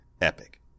epic